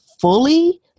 fully